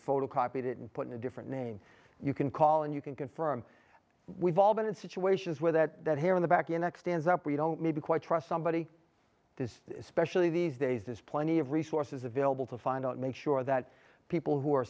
photocopied it and put in a different name you can call and you can confirm we've all been in situations where that that here in the back in x stands up we don't need to quite trust somebody does specially these days is plenty of resources available to find out make sure that people who are